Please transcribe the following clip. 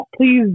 Please